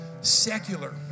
secular